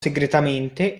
segretamente